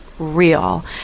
Real